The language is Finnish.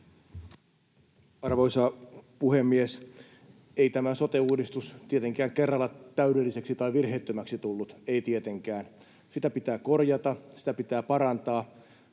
Arvoisa puhemies! Ei tämä sote-uudistus tietenkään kerralla täydelliseksi tai virheettömäksi tullut, ei tietenkään. Sitä pitää korjata. Sitä pitää parantaa.